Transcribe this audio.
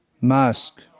Mask